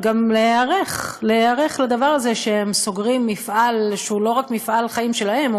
וגם להיערך לדבר הזה שהם סוגרים מפעל שהוא לא רק מפעל חיים שלהם,